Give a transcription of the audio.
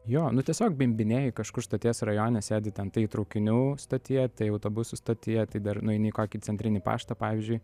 jo nu tiesiog bimbinėji kažkur stoties rajone sėdi ten tai traukinių stotyje tai autobusų stotyje tai dar nueini į kokį centrinį paštą pavyzdžiui